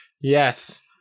Yes